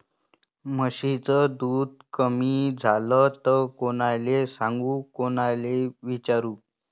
म्हशीचं दूध कमी झालं त कोनाले सांगू कोनाले विचारू?